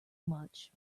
much